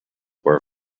were